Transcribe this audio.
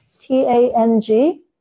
T-A-N-G